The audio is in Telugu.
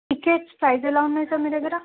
టికెట్స్ ప్రైస్ ఎలా ఉన్నాయి సార్ మీ దగ్గర